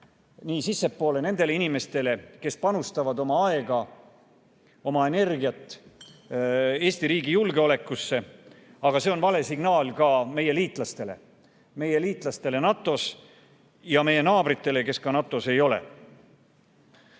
sissepoole nendele inimestele, kes panustavad oma aega ja energiat Eesti riigi julgeolekusse. Aga see on vale signaal ka meie liitlastele, meie liitlastele NATO‑s, ja ka meie naabritele, kes NATO‑s ei ole.